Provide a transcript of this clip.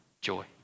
joy